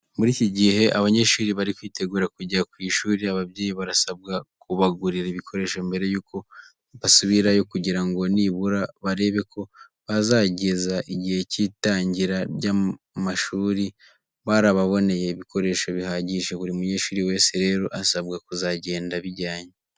Muri iki gihe abanyeshuri bari kwitegura kujya ku ishuri, ababyeyi barasabwa kubagurira ibikoresho mbere yuko bazubirayo kugira ngo nibura barebe ko bazageza igihe cy'itangira ry'amashuri barababoneye ibikoresho bihagije. Buri munyeshuri wese rero asabwa kuzagenda abijyanye.